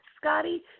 Scotty